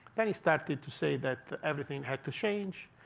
then he started to say that everything had to change.